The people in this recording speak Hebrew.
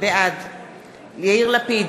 בעד יאיר לפיד,